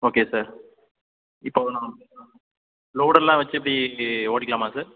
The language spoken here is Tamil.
ஓகே சார் இப்போ நாங்கள் லோடெல்லாம் வச்சு இப்படி ஓட்டிக்கலாமா சார்